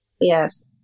yes